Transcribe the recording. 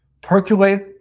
percolate